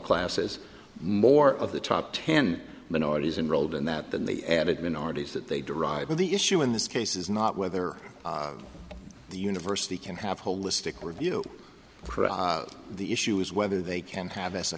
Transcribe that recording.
classes more of the top ten minorities and rolled in that than the added minorities that they derive from the issue in this case is not whether the university can have a holistic review for the issue is whether they can have as a